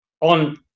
on